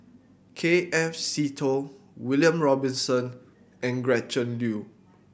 K F Seetoh William Robinson and Gretchen Liu